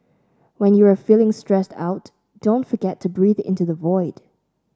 when you are feeling stressed out don't forget to breathe into the void